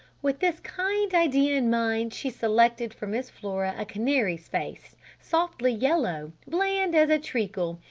with this kind idea in mind she selected for miss flora a canary's face softly yellow! bland as treacle!